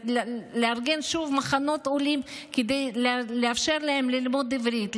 לארגן שוב מחנות עולים כדי לאפשר להם ללמוד עברית,